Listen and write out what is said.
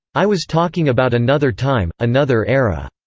i was talking about another time, another era.